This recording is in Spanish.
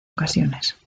ocasiones